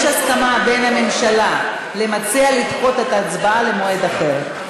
יש הסכמה בין הממשלה לבין המציע לדחות את ההצבעה למועד אחר,